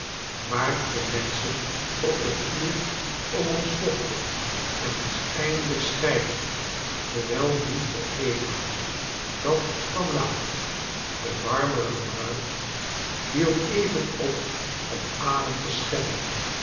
waar de nienschefn jop de pier om ons vochten en ons eindelijk scheidden hoewel niet voor eeuwig dat kwam later de marmeren bruid hield even op om adem te scheppen